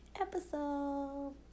episode